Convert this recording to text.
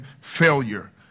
failure